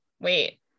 wait